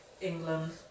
England